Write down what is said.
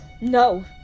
No